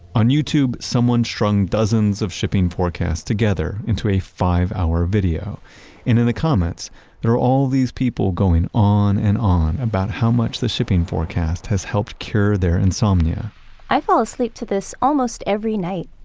on youtube someone strung dozens of shipping forecasts together into a five hour video and in the comments there are all these people going on and on about how much the shipping forecast has helped cure their insomnia i fall asleep to this almost every night.